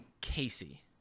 Casey